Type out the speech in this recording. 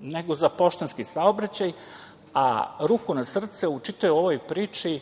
nego za poštanski saobraćaj, a ruku na srce, u čitavoj ovoj priči